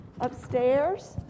upstairs